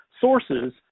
sources